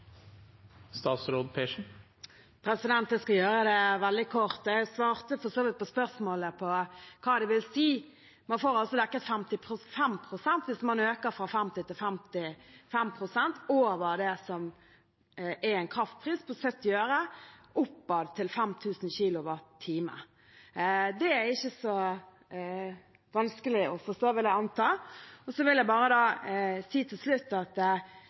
Jeg skal gjøre det veldig kort. Jeg svarte for så vidt på spørsmålet om hva det vil si. Man får altså dekket 55 pst., hvis man øker fra 50 til 55 pst., over det som er en kraftpris på 70 øre, oppad til 5 000 kWt. Det er ikke så vanskelig å forstå, vil jeg anta. Så vil jeg til slutt si